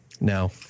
No